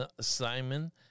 Simon